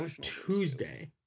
Tuesday